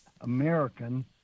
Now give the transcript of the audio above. American